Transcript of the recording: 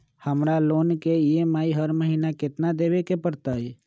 हमरा लोन के ई.एम.आई हर महिना केतना देबे के परतई?